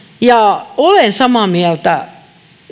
ja olen samaa mieltä